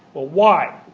well, why?